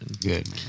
Good